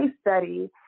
study